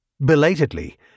Belatedly